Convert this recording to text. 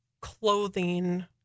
clothing